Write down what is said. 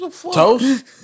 Toast